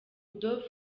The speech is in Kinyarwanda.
dove